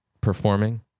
performing